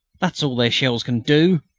that's all their shells can do!